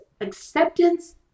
Acceptance